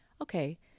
Okay